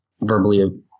verbally